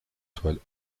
toiles